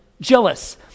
jealous